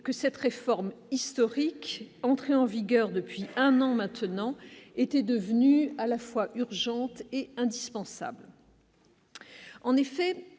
que cette réforme historique, entré en vigueur depuis un an maintenant, était devenu à la fois urgentes et indispensables. En effet,